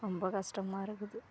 ரொம்ப கஷ்டமாக இருக்குது